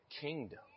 kingdom